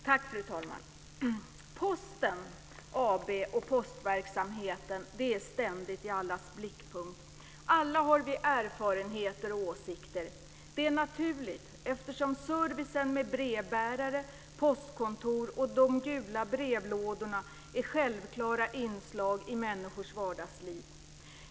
Fru talman! Posten AB och postverksamheten finns ständigt i allas blickpunkt. Alla har vi erfarenheter och åsikter. Det är naturligt eftersom servicen med brevbärare, postkontor och de gula brevlådorna är självklara inslag i människors vardagsliv.